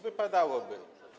Wypadałoby.